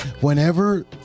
whenever